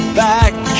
back